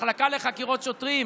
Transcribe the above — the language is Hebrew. המחלקה לחקירות שוטרים?